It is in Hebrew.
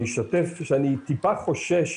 אני אשתף שאני טיפה חושש,